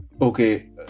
Okay